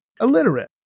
illiterate